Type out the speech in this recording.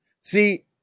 see